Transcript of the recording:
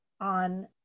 on